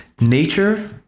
nature